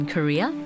Korea